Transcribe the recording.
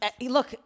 look